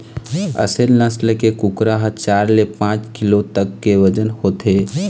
असेल नसल के कुकरा ह चार ले पाँच किलो तक के बजन होथे